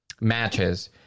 matches